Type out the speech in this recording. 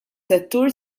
settur